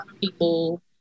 people